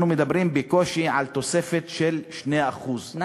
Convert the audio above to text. אנחנו מדברים בקושי על תוספת של 2%, זה ותו לא.